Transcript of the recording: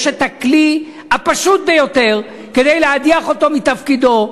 יש את הכלי הפשוט ביותר להדיח אותו מתפקידו: